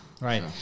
Right